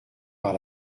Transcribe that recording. par